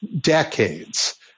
decades